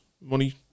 money